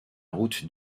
route